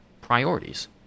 priorities